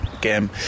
game